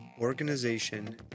organization